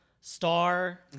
star